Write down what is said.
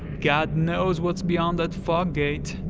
god knows what's beyond that fog gate,